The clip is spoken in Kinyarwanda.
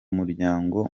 muryango